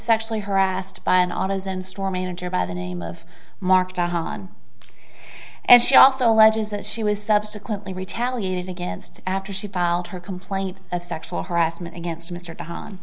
sexually harassed by an artisan store manager by the name of mark don and she also alleges that she was subsequently retaliated against after she filed her complaint of sexual harassment against mr